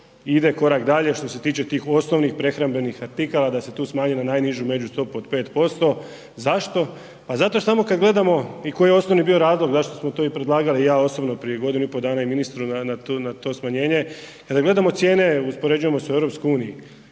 još korak dalje što se tiče tih osnovnih prehrambenih artikala da se tu smanji na najnižu međustopu od 5%. Zašto? Pa zato samo kada gledamo i koji osnovni bio razlog zašto smo to i predlagali, i ja osobno prije godinu i pol dana ministru na to smanjenje, kada gledamo cijene uspoređujemo sa EU,